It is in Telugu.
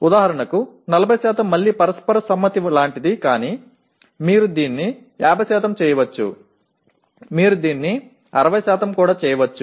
ఉదాహరణకు 40 మళ్ళీ పరస్పర సమ్మతి లాంటిది కాని మీరు దీన్ని 50 చేయవచ్చు మీరు దీన్ని 60 కూడా చేయవచ్చు